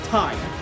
time